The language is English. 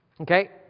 Okay